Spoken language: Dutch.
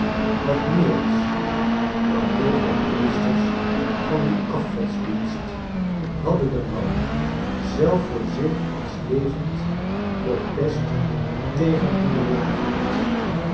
wat meer is de hoogepriesters van dien afgodsgienst hadden den man zelf voor zich als levend protest tegen hunne